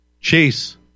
chase